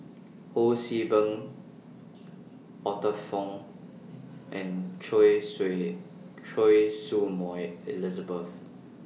Ho See Beng Arthur Fong and Choy Choy Su Moi Elizabeth